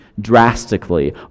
drastically